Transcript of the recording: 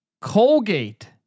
Colgate